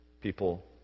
people